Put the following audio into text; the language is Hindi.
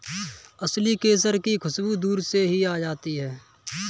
असली केसर की खुशबू दूर से ही आ जाती है